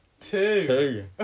two